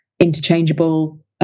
interchangeable